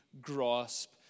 grasp